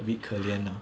a bit 可怜 lah